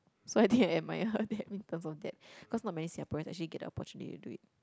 so I think I admire her that in terms of that cause not many Singaporeans actually get the opportunity to do it